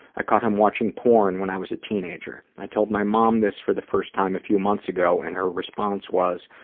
i caught him watching porn when i was a teenager. i told my mom this for the first time a few months ago, and her response was,